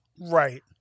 Right